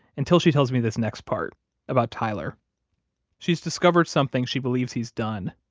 until she tells me this next part about tyler she's discovered something she believes he's done,